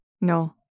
no